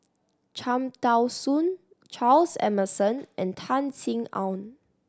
Cham Tao Soon Charles Emmerson and Tan Sin Aun